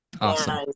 Awesome